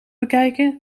bekijken